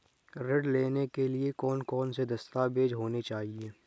ऋण लेने के लिए कौन कौन से दस्तावेज होने चाहिए?